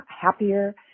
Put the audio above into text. happier